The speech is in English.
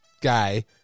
guy